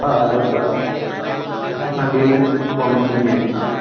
आहे लॻभॻि हिक खां डेढु पोणे ॿीं जे विच में